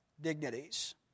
dignities